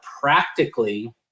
practically